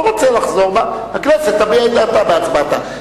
לא רוצה לחזור בה, הכנסת תביע את דעתה בהצבעתה.